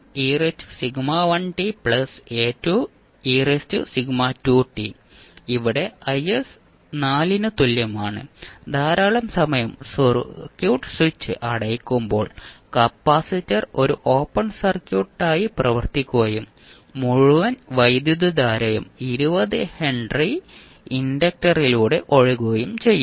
ഇവിടെ 4 ന് തുല്യമാണ് ധാരാളം സമയം സർക്യൂട്ട് സ്വിച്ച് അടയ്ക്കുമ്പോൾ കപ്പാസിറ്റർ ഒരു ഓപ്പൺ സർക്യൂട്ടായി പ്രവർത്തിക്കുകയും മുഴുവൻ വൈദ്യുതധാരയും 20 ഹെൻട്രി ഇൻഡക്ടറിലൂടെ ഒഴുകുകയും ചെയ്യും